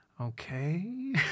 Okay